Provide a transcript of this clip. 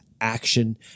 action